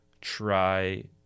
try